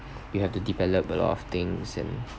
you have to develop a lot of things and